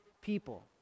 people